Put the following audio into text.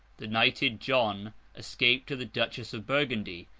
the knighted john escaped to the duchess of burgundy,